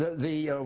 the